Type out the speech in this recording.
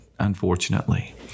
unfortunately